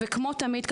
כמו תמיד,